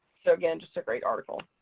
so again, just a great article.